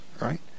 right